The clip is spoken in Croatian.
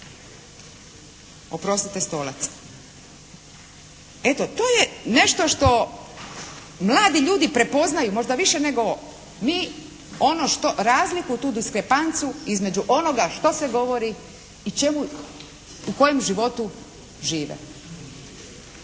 oprostite stolac. Eto to je nešto što mladi ljudi prepoznaju. Možda više nego mi ono što, razliku, tu diskrepancu između onoga što se govori i čemu, u kojem životu žive.